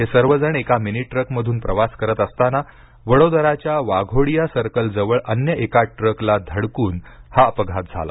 हे सर्व जण एका मिनी ट्रक मधून प्रवास करत असताना वडोदराच्या वाघोडिया सर्कल जवळ अन्य एका ट्रकला धडकून हा अपघात झाला